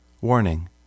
Warning